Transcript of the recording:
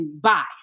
bye